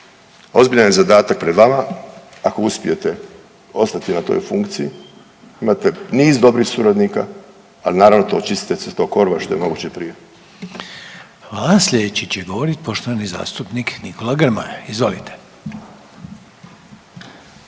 ozbiljan je zadatak pred vama ako uspijete ostati na toj funkciji. Imate niz dobrih suradnika, ali naravno očistite se tog korova što je moguće prije. **Reiner, Željko (HDZ)** Hvala. Slijedeći će govorit poštovani zastupnik Nikola Grmoja. Izvolite.